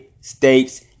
States